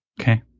Okay